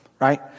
right